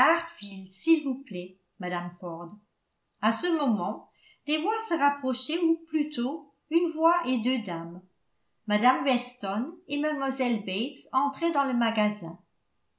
s'il vous plaît mme ford à ce moment des voix se rapprochaient ou plutôt une voix et deux dames mme weston et mlle bates entraient dans le magasin